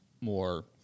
more